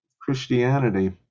Christianity